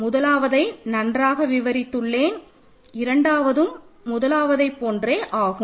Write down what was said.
முதலாவதை நன்றாக விவரித்துள்ளேன் இரண்டாவதும் முதலாவது போன்றதே ஆகும்